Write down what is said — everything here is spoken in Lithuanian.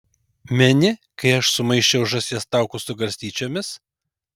meni kai aš sumaišiau žąsies taukus su garstyčiomis